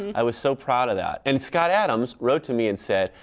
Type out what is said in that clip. i was so proud of that and scott adams wrote to me and said,